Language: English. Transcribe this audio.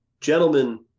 Gentlemen